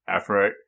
effort